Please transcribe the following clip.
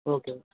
okay